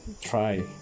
try